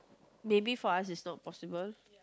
maybe for us is not possible